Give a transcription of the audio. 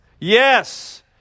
Yes